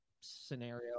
scenario